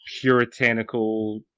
puritanical